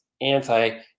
anti